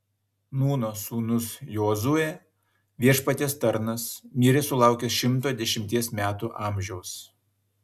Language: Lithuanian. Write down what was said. nūno sūnus jozuė viešpaties tarnas mirė sulaukęs šimto dešimties metų amžiaus